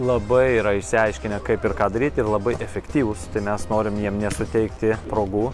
labai yra išsiaiškinę kaip ir ką daryt ir labai efektyvūs tai mes norim jiem nesuteikti progų